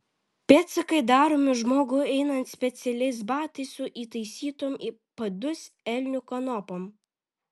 pėdsakai daromi žmogui einant specialiais batais su įtaisytom į padus elnių kanopom